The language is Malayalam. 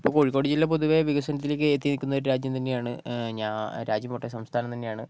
ഇപ്പോൾ കോഴിക്കോടു ജില്ല പൊതുവെ വികസനത്തിലേയ്ക്ക് എത്തിനിൽക്കുന്ന ഒരു രാജ്യം തന്നെയാണ് ഞാ രാജ്യം പോകട്ടെ സംസ്ഥാനം തന്നെയാണ്